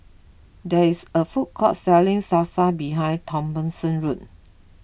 there is a food court selling Salsa behind Thompson's room